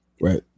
right